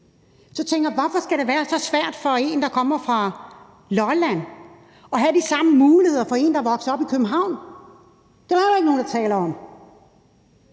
tænker jeg: Hvorfor skal det være så svært for en, der kommer fra Lolland, at have de samme muligheder som en, der er vokset op i København? Det er der jo heller ikke nogen der taler om.